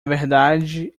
verdade